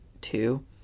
two